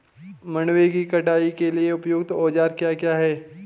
मंडवे की कटाई के लिए उपयुक्त औज़ार क्या क्या हैं?